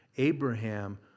Abraham